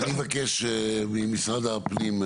אבקש ממשרד הפנים,